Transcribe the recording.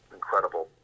incredible